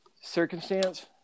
circumstance